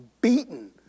Beaten